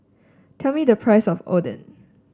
tell me the price of Oden